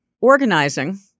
Organizing